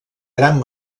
gran